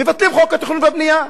מבטלים את חוק התכנון והבנייה.